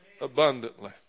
abundantly